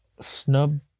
snub